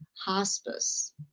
hospice